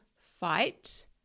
fight